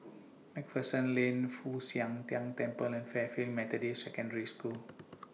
MacPherson Lane Fu Xi Tang Temple and Fairfield Methodist Secondary School